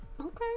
Okay